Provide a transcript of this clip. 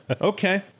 Okay